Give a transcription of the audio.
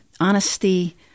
honesty